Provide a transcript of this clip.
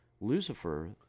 Lucifer